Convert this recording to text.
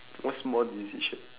what small decision